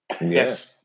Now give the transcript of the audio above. Yes